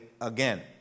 again